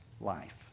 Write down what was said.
life